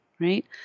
right